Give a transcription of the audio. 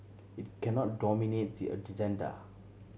it cannot dominate the agenda